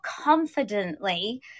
confidently